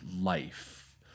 life